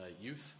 youth